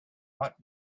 but